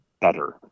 better